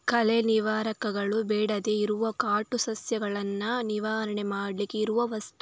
ಕಳೆ ನಿವಾರಕಗಳು ಬೇಡದೇ ಇರುವ ಕಾಟು ಸಸ್ಯಗಳನ್ನ ನಿವಾರಣೆ ಮಾಡ್ಲಿಕ್ಕೆ ಇರುವ ವಸ್ತು